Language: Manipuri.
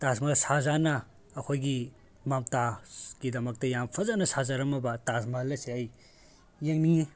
ꯇꯥꯖ ꯃꯍꯜ ꯁꯍꯥ ꯖꯍꯥꯟꯅ ꯑꯩꯈꯣꯏꯒꯤ ꯃꯝꯇꯥꯖꯀꯤꯗꯃꯛꯇ ꯌꯥꯝ ꯐꯖꯅ ꯁꯥꯖꯔꯝꯃꯕ ꯇꯥꯖ ꯃꯍꯜ ꯑꯁꯦ ꯑꯩ ꯌꯦꯡꯅꯤꯡꯉꯤ